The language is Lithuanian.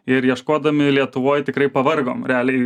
ir ieškodami lietuvoj tikrai pavargom realiai